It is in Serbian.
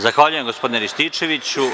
Zahvaljujem gospodine Rističeviću.